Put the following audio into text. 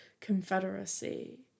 confederacy